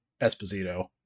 Esposito